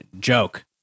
joke